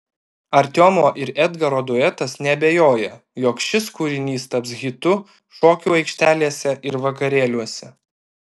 artiomo ir edgaro duetas neabejoja jog šis kūrinys taps hitu šokių aikštelėse ir vakarėliuose